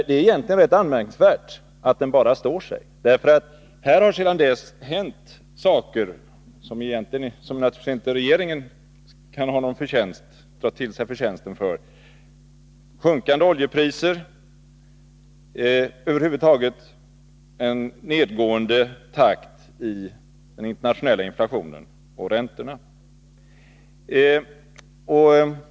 Det är egentligen rätt anmärkningsvärt att den bara står sig, för det har sedan prognoserna gjordes hänt en del saker som regeringen naturligtvis inte kan tillskriva sig förtjänsten av: sjunkande oljepriser, över huvud taget en nedåtgående takt i den internationella inflationen och räntorna.